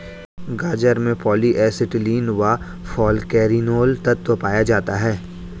गाजर में polyacetylene व फालकैरिनोल तत्व पाया जाता है